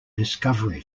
discovery